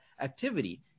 activity